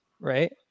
Right